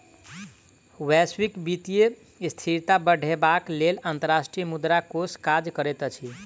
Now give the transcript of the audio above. वैश्विक वित्तीय स्थिरता बढ़ेबाक लेल अंतर्राष्ट्रीय मुद्रा कोष काज करैत अछि